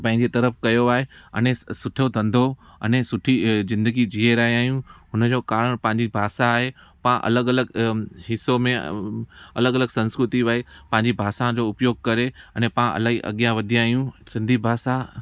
पंहिंजी तरफ़ कयो आहे अने सुठो धंधो अने सुठी अ जिंदगी जीए रहिया आहियूं हुनजो करण पंहिंजे भाषा आहे पां अलॻि अलॻि अ हिसो में अलॻि अलॻि संस्कृति बाए पंहिंजी भाषा जो उपयोगु करे अने पां अलाई अॻियां वधिया आहियूं सिंधी भाषा